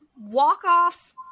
walk-off